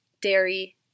dairy